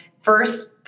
first